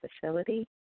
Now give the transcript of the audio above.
facility